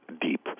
deep